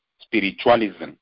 Spiritualism